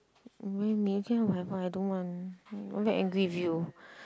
whatever I don't want I very angry with you